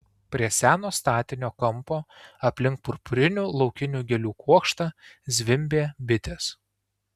prie seno statinio kampo aplink purpurinių laukinių gėlių kuokštą zvimbė bitės